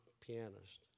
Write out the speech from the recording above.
pianist